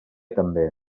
també